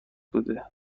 بوده